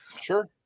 Sure